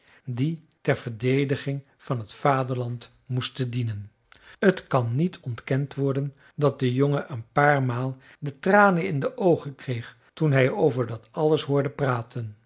die ter verdediging van het vaderland moesten dienen t kan niet ontkend worden dat de jongen een paar maal de tranen in de oogen kreeg toen hij over dat alles hoorde praten